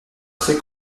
très